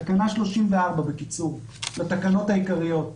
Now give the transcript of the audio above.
תקנה 34 בקיצור, לתקנות העיקריות.